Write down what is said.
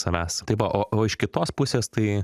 savęs tai va o o iš kitos pusės tai